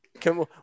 Come